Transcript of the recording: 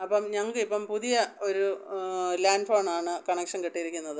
അപ്പം ഞങ്ങക്കിൾപ്പം പുതിയ ഒരു ലാൻഡ് ഫോണാണ് കണക്ഷൻ കിട്ടിയിരിക്കുന്നത്